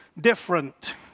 different